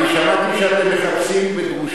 אני שמעתי שאתם מחפשים ב"דרושים"